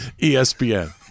ESPN